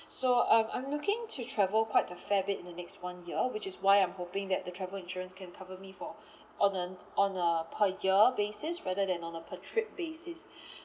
so um I'm looking to travel quite a fair bit in the next one year which is why I'm hoping that the travel insurance can cover me for on a on a per year basis rather than on a per trip basis